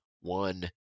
one